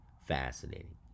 fascinating